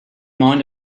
mind